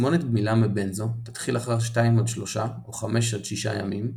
תסמונת גמילה מבנזו' תתחיל אחרי 2-3 או 5-6 ימים,